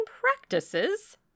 practices